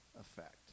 effect